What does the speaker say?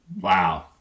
Wow